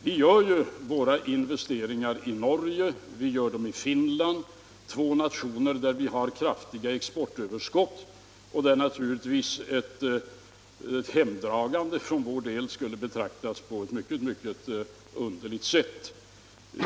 Vi gör ju våra investeringar i Norge och i Finland, två länder där vi har kraftiga exportöverskott och där naturligtvis ett hemdragande för vår del skulle betraktas som mycket, mycket underligt.